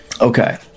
Okay